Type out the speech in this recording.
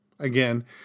Again